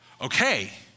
okay